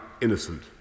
innocent